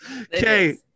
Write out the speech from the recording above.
okay